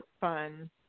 fun